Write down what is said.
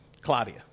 Claudia